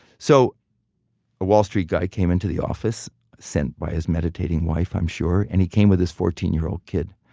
so a wall street guy came into the office sent by his meditating wife, i'm sure, and he came with his fourteen year old kid.